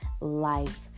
life